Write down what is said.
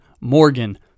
Morgan